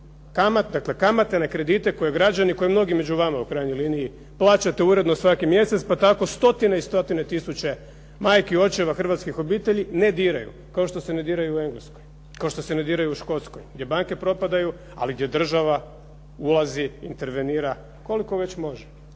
kamate na kredite koje građani, koje mnogi među vama u krajnjoj liniji, plaćate uredno svaki mjesec, pa tako stotine i stotine tisuće majki, očeva hrvatskih obitelji ne diraju, kao što se ne diraju u Engleskoj, kao što se ne diraju u Škotskoj gdje banke propadaju, ali gdje država ulazi, intervenira koliko već može.